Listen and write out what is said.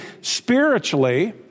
spiritually